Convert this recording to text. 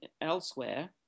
elsewhere